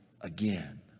again